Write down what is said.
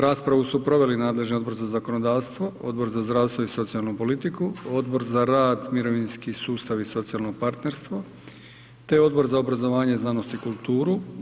Raspravu su proveli nadležni Odbor za zakonodavstvo, Odbor za zdravstvo i socijalnu politiku, Odbor za rad, mirovinski sustav i socijalno partnerstvo, te Odbor za obrazovanje, znanost i kulturu.